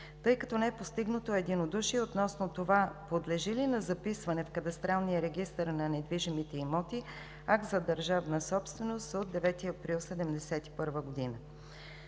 тъй като не е постигнато единодушие относно това подлежи ли на записване в кадастралния регистър на недвижимите имоти Акт за държавна собственост от 9 април 1971 г.